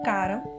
Karam